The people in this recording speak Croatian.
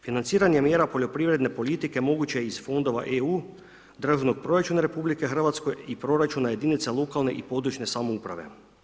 Financiranje mjera poljoprivredne politike moguće je iz fondova EU, Državnog proračuna RH i proračuna jedinica lokalne i područne samouprave.